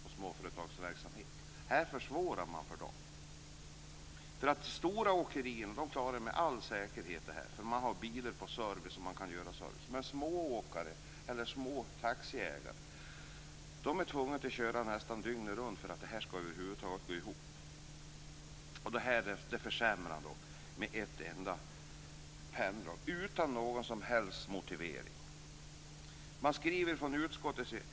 Det är dem man försvårar för om man genomför förslaget - stora åkerier klarar det med all säkerhet. Men små åkare eller taxiägare är tvungna att köra nästan dygnet runt för att det över huvud taget skall gå ihop, och genom det här förslaget försämrar man med ett enda penndrag deras villkor utan någon som helst motivering.